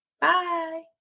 Bye